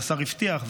והשר הבטיח,